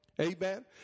Amen